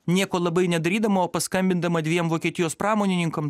nieko labai nedarydama o paskambindama dviem vokietijos pramonininkam